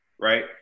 Right